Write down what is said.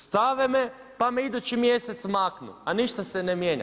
Stave me pa me idući mjesec maknu, a ništa se ne mijenja.